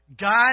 God